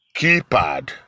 keypad